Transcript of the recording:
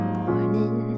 morning